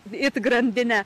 it grandine